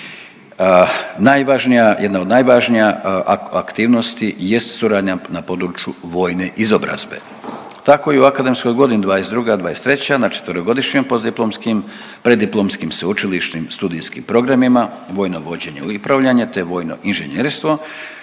jedna od najvažnija aktivnosti je suradnja na području vojne izobrazbe. Tako je u akademskoj godini '22./'23. na 4-godišnjim postdiplomskim, preddiplomskim sveučilišnim studijskim programima, vojno vođenje i upravljanje, te vojno inženjerstvo,